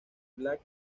black